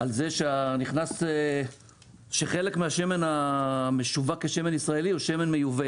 על זה שחלק מהשמן המשווק כשמן ישראלי הוא שמן מיובא